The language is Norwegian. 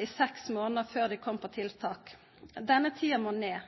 i seks måneder før de kom på tiltak. Denne tiden må ned.